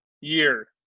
year